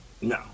no